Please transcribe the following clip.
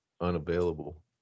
unavailable